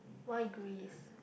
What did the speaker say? why Greece